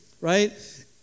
Right